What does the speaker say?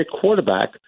quarterback –